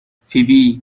فیبی